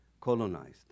colonized